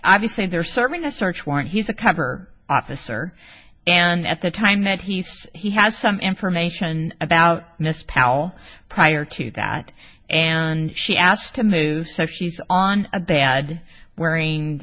obviously if they're serving a search warrant he's a cover officer and at the time at least he has some information about mr powell prior to that and she asked to move so she's on a bad wearing